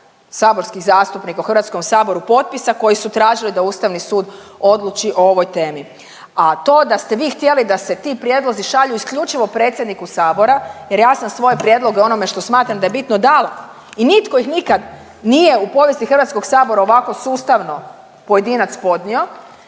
saborskih zastupnika u HS-u potpisa, koji su tražili da Ustavni sud odluči o ovoj temi. A to da ste vi htjeli da se ti prijedlozi šalju isključivo predsjedniku Sabora jer ja sam svoje prijedloge o onome što smatram da je bitno dala i nitko ih nikad nije u povijesti HS-a ovako sustavno, pojedinac, podnio,